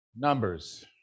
numbers